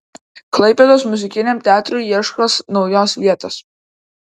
klaipėdos muzikiniam teatrui ieškos naujos vietos